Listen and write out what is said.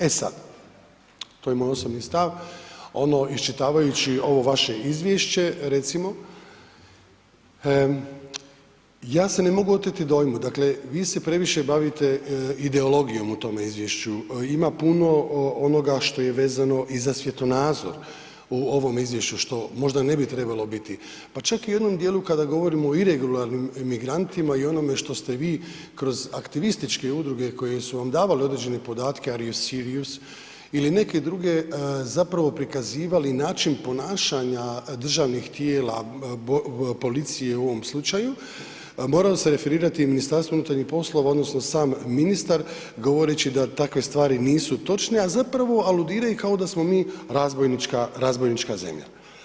E sad, to je moj osobni stav, a ono iščitavajući ovo vaše izvješće recimo ja se ne mogu oteti dojmu, dakle vi se previše bavite ideologijom u tome izvješću, ima puno onoga što je vezano i za svjetonazor u ovome izvješću što možda ne bi trebalo biti, pa čak i u jednom dijelu kada govorimo o iregularni emigrantima i onome što ste vi kroz aktivističke udruge koje su vam davale određene podatke „Are you Syrious“ ili neke druge prikazivali način ponašanja državnih tijela policije u ovom slučaju, moralo se referirati MUP odnosno sam ministar govoreći da takve stvari nisu točne, a zapravo aludiraju kao da smo mi razbojnička zemlja.